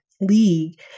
league